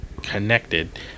Connected